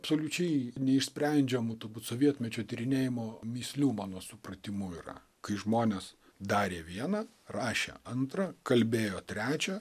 absoliučiai neišsprendžiamų turbūt sovietmečio tyrinėjimo mįslių mano supratimu yra kai žmonės darė vieną rašė antrą kalbėjo trečią